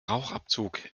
rauchabzug